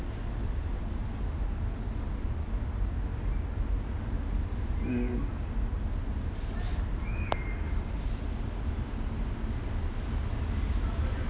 mm